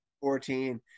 Fourteen